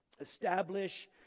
Establish